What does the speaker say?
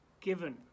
given